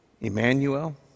Emmanuel